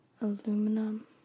aluminum